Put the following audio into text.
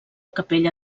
capella